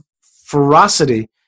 ferocity